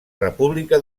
república